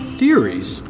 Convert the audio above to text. theories